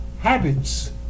habits